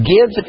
Give